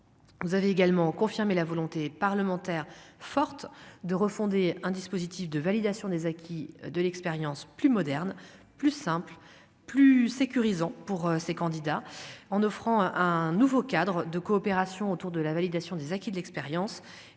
vous avez également confirmé la volonté parlementaire forte de refonder un dispositif de validation des acquis de l'expérience, plus moderne, plus simple, plus sécurisant pour ses candidats en offrant un nouveau cadre de coopération autour de la validation des acquis de l'expérience